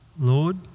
Lord